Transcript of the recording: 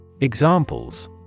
Examples